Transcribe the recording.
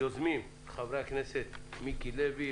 היוזמים: חברי הכנסת מיקי לוי,